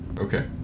Okay